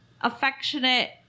affectionate